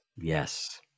Yes